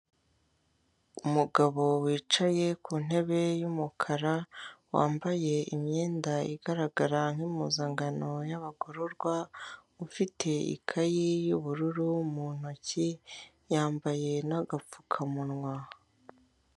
Umugabo wicaye ku ntebe y'umukara, wambaye imyenda igaragara nk'impuzankano y'abagororwa, ufite ikaye y'ubururu mu ntoki, yambaye n'agapfukamunwa.